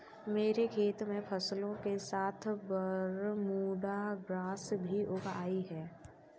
मेरे खेत में फसलों के साथ बरमूडा ग्रास भी उग आई हैं